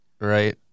Right